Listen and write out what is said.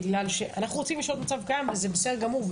אנחנו רוצים לשנות מצב קיים וזה בסדר גמור,